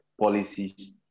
policies